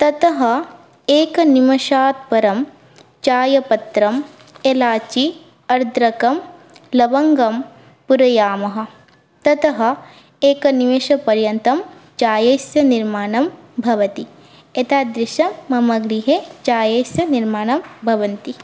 ततः एकनिमषात् परं चायपत्रं एलाचि अर्द्रकं लवङ्गं पूरयामः ततः एकनिमेषपर्यन्तं चायस्य निर्माणं भवति एतादृशं मम गृहे चायस्य निर्माणं भवति